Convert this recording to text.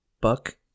Buck